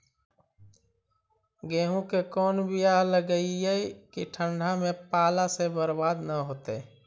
गेहूं के कोन बियाह लगइयै कि ठंडा में पाला से बरबाद न होतै?